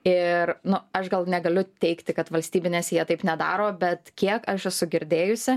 ir nu aš gal negaliu teigti kad valstybinės jie taip nedaro bet kiek aš esu girdėjusi